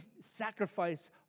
sacrifice